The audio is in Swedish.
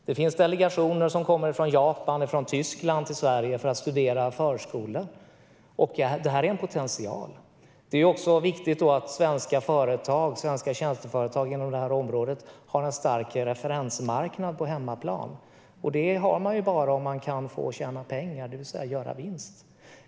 Det finns delegationer som kommer från Japan och Tyskland till Sverige för att studera förskolor. Här finns en potential. Det är viktigt att svenska tjänsteföretag inom detta område har en stark referensmarknad på hemmaplan. Det har man bara om man får tjäna pengar, det vill säga göra vinst.